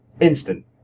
instant